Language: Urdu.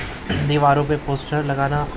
دیواروں پہ پوسٹر لگانا